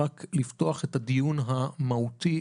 רק לפתוח את הדיון המהותי,